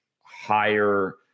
higher